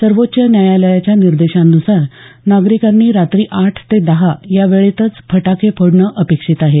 सर्वोच्च न्यायालयाच्या निर्देशांनुसार नागरिकांनी रात्री आठ ते दहा या वेळेतच फटाके फोडणं अपेक्षित आहे